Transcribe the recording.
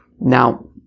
Now